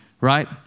right